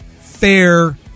fair